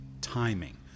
timing